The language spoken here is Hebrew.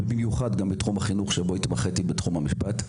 ובייחוד בתחום החינוך בו התמחיתי בתחום המשפט.